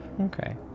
Okay